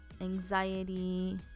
anxiety